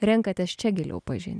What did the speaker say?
renkatės čia giliau pažinti